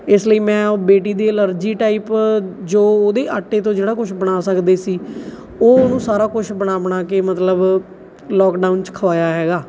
ਇਸ ਲਈ ਮੈਂ ਬੇਟੀ ਦੀ ਐਲਰਜੀ ਟਾਈਪ ਜੋ ਉਹਦੇ ਆਟੇ ਤੋਂ ਜਿਹੜਾ ਕੁਛ ਬਣਾ ਸਕਦੇ ਸੀ ਉਹ ਉਹਨੂੰ ਸਾਰਾ ਕੁਛ ਬਣਾ ਬਣਾ ਕੇ ਮਤਲਬ ਲੋਕਡਾਊਨ 'ਚ ਖਲਾਇਆ ਹੈਗਾ